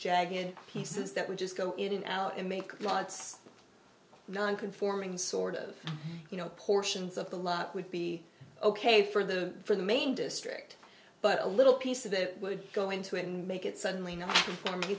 jagged pieces that would just go in and out and make lots non conforming sort of you know portions of the lot would be ok for the for the main district but a little piece of that would go into it and make it suddenly not for